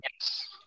Yes